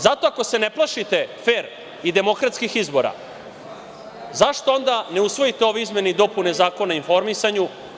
Zato ako se ne plašite fer i demokratskih izbora, zašto onda ne usvojite ove izmene i dopune Zakona o informisanju?